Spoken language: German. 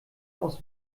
aus